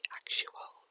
actual